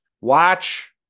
watch